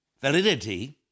validity